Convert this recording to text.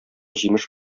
җимеш